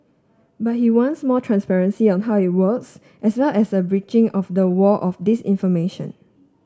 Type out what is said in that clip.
but he wants more transparency on how it works as well as a breaching of the wall of disinformation